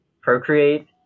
procreate